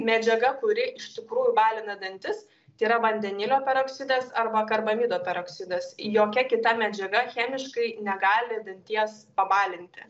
medžiaga kuri iš tikrųjų balina dantis tai yra vandenilio peroksidas arba karbamido peroksidas jokia kita medžiaga chemiškai negali danties pabalinti